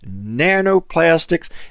nanoplastics